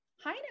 Hi